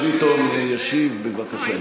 השר ביטון ישיב, בבקשה.